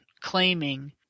claiming